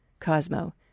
Cosmo